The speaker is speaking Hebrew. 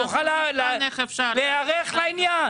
כדי שיוכל להיערך לעניין.